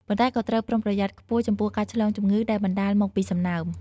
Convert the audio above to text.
ប៉ុន្តែក៏ត្រូវប្រុងប្រយ័ត្នខ្ពស់ចំពោះការឆ្លងជំងឺដែលបណ្តាលមកពីសំណើម។